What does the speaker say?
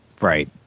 Right